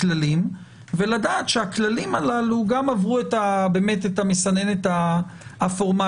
את הכללים ולדעת שהכללים הללו גם עברו באמת את המסננת הפורמלית.